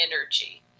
energy